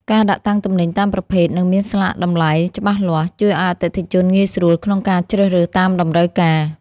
ការដាក់តាំងទំនិញតាមប្រភេទ និងមានស្លាកតម្លៃច្បាស់លាស់ជួយឱ្យអតិថិជនងាយស្រួលក្នុងការជ្រើសរើសតាមតម្រូវការ។